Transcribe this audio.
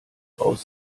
raus